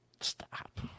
Stop